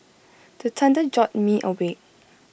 the thunder jolt me awake